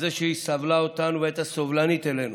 על זה שהיא סבלה אותנו והייתה סובלנית אלינו,